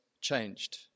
changed